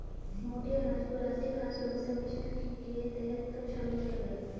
मोटे अनाज को राष्ट्रीय खाद्य सुरक्षा मिशन के तहत कब शामिल किया गया?